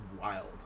wild